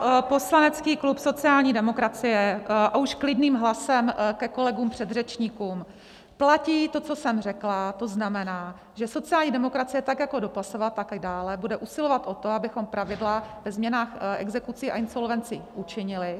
Za poslanecký klub sociální demokracie a už klidným hlasem ke kolegům předřečníkům: platí to, co jsem řekla, to znamená, že sociální demokracie tak jako doposavad, i dále bude usilovat o to, abychom pravidla ve změnách exekucí a insolvencí učinili.